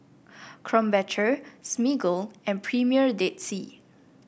Krombacher Smiggle and Premier Dead Sea